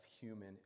human